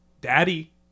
Daddy